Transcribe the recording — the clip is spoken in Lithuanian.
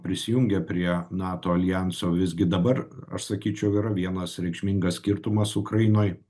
prisijungė prie nato aljanso visgi dabar aš sakyčiau yra vienas reikšmingas skirtumas ukrainoj